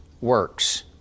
works